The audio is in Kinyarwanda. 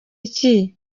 iki